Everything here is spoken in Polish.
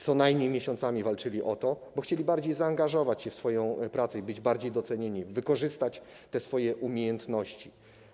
Co najmniej miesiącami walczyli o to, bo chcieli bardziej zaangażować się w swoją pracę i być bardziej docenieni, wykorzystać swoje umiejętności.